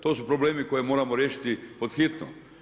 To su problemi koje moramo riješiti pod hitno.